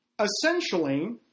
Essentially